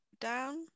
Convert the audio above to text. down